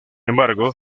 embargo